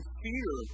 fear